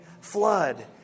flood